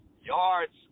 yards